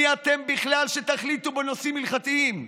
מי אתם בכלל שתחליטו בנושאים הלכתיים?